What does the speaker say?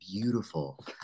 beautiful